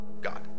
God